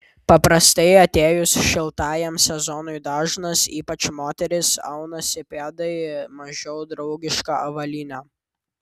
paprastai atėjus šiltajam sezonui dažnas ypač moterys aunasi pėdai mažiau draugišką avalynę